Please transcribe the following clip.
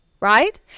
right